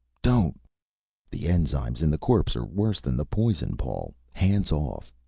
don't the enzymes in the corpse are worse than the poison, paul. hands off.